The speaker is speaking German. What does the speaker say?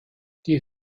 die